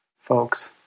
folks